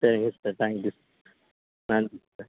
சரிங்க sister thank you நன்றி sister